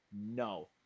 No